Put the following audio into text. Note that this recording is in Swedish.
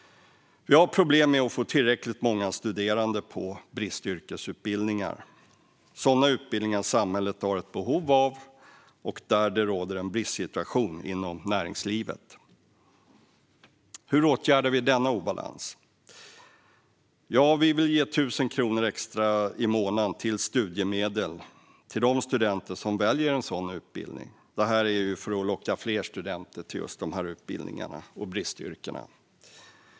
Vi har problem med att få tillräckligt många studerande på bristyrkesutbildningar - sådana utbildningar som samhället har ett behov av och där det råder en bristsituation inom näringslivet. Hur åtgärdar vi då denna obalans? Vi vill ge 1 000 kronor extra i månaden i studiemedel till de studenter som väljer en sådan utbildning, detta för att locka fler studenter till dessa utbildningar och bristyrken.